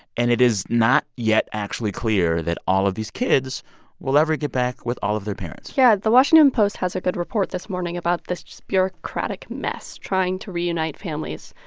and it is not yet actually clear that all of these kids will ever get back with all of their parents yeah. the washington post has a good report this morning about this bureaucratic mess, trying to reunite families.